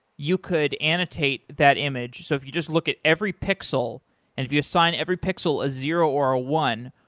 you could annotate that image. so if you just look at every pixel and if you assign every pixel as zero or a one,